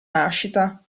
nascita